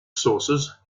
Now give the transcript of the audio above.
sources